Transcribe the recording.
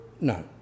No